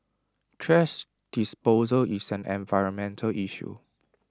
thrash disposal is an environmental issue